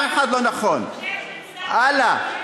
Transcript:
הלאה,